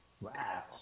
Wow